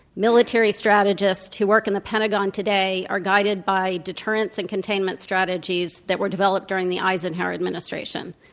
military strategists who work in the pentagon today are guided by deterrence and containment strategies that were developed during the eisenhower administration.